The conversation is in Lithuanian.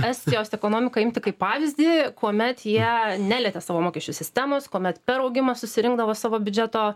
estijos ekonomiką imti kaip pavyzdį kuomet jie nelietė savo mokesčių sistemos kuomet per augimą susirinkdavo savo biudžeto